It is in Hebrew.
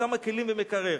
כמה כלים ומקרר.